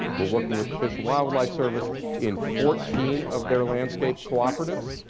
we are working with the fish and wildlife service in fourteen of their landscape cooperatives,